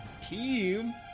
Team